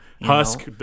husk